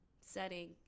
setting